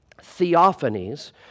theophanies